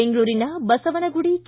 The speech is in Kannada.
ಬೆಂಗಳೂರಿನ ಬಸವನಗುಡಿ ಕೆ